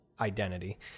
identity